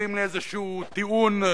מביאים לי איזשהו טיעון,